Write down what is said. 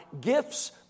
gifts